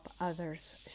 others